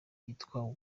yitwa